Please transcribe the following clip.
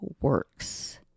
works